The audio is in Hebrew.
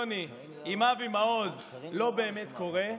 לכך שאומרים שההסכם הקואליציוני עם אבי מעוז לא באמת קורה,